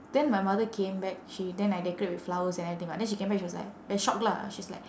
then my mother came back she then I decorate with flowers and everything [what] then she came back she was like very shocked lah she's like